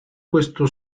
questo